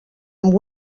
amb